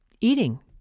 eating